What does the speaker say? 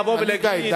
לבוא ולהגיד,